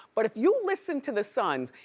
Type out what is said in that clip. but if you listen to the sons.